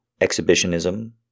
exhibitionism